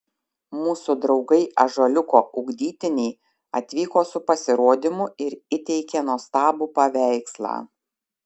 mūsų draugai ąžuoliuko ugdytiniai atvyko su pasirodymu ir įteikė nuostabų paveikslą